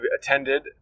attended